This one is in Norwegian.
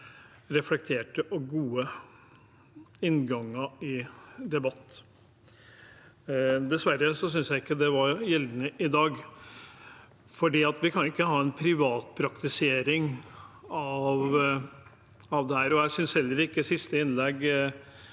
reflekterte og gode innganger i debatten. Dessverre synes jeg ikke det var gjeldende i dag, for vi kan ikke ha en privatpraktisering av dette. Jeg synes heller ikke siste innlegg